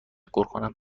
کنم